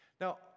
Now